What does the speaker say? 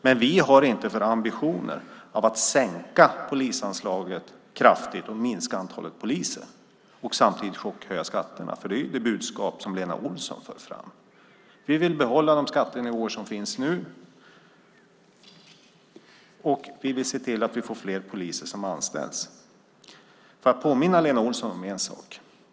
Men vi har inte som ambition att sänka polisanslaget kraftigt, minska antalet poliser och samtidigt chockhöja skatterna. Det är det budskap som Lena Olsson för fram. Vi vill behålla de skattenivåer som finns nu och se till att vi får fler poliser som anställs. Får jag påminna Lena Olsson om en sak?